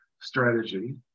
strategy